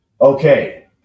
Okay